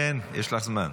כן, יש לך זמן,